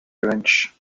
revenge